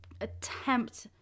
attempt